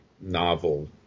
novel